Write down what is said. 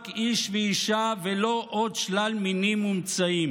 איש ואישה ולא עוד שלל מינים מומצאים,